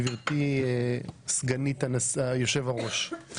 גברתי סגנית יושב-הראש,